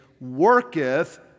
worketh